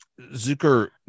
zucker